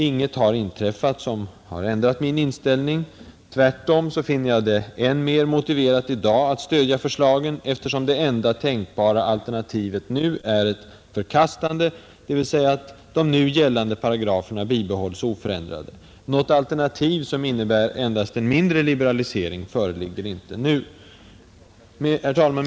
Intet har inträffat som ändrat min inställning. Tvärtom finner jag det än mer motiverat i dag att stödja förslagen, eftersom det enda tänkbara alternativet nu är ett förkastande, dvs. att de nu gällande paragraferna bibehålls oförändrade. Något alternativ som innebär endast en mindre liberalisering föreligger inte nu. Herr talman!